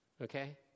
Okay